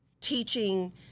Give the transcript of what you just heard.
teaching